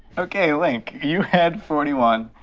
okay link, you had forty one,